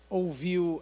ouviu